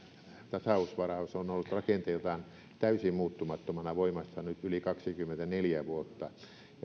tasausvaraus on ollut rakenteeltaan täysin muuttumattomana voimassa nyt yli kaksikymmentäneljä vuotta